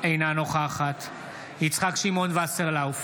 אינה נוכחת יצחק שמעון וסרלאוף,